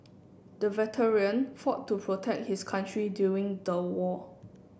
the veteran fought to protect his country during the war